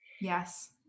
Yes